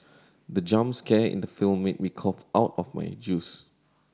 the jump scare in the film made me cough out my juice